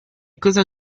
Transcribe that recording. cosa